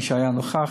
למי שהיה נוכח,